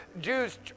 Jews